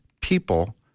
people